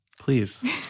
Please